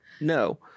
No